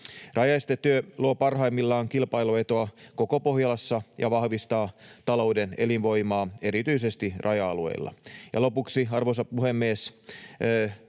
Rajaestetyö luo parhaimmillaan kilpailuetua koko Pohjolassa ja vahvistaa talouden elinvoimaa erityisesti raja-alueilla. Ja lopuksi, arvoisa puhemies,